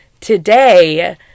today